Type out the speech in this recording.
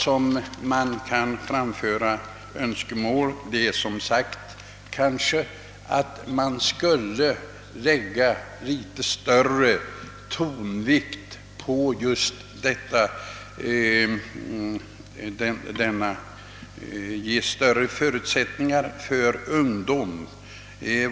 Vad jag därutöver skulle önska är som sagt att det läggs starkare tonvikt på vikten av att skapa bättre förutsättningar för ungdom.